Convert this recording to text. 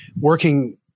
working